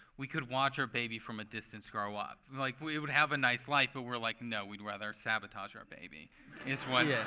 we could watch our baby from a distance grow up. and like it would have a nice life, but we're like, no, we'd rather sabotage our baby is what yeah.